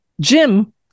Jim